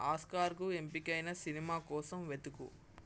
ఆస్కార్కు ఎంపికైన సినిమా కోసం వెతుకు